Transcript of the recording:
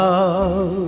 Love